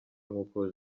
nk’uko